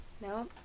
No